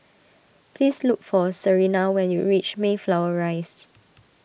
please look for Serina when you reach Mayflower Rise